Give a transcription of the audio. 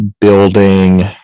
building